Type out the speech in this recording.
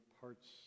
parts